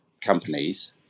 companies